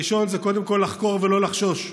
הראשון זה קודם כול לחקור ולא לחשוש.